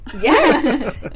yes